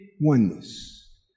oneness